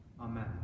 Amen